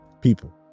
People